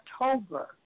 October